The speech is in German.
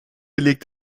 legt